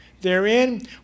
therein